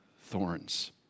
thorns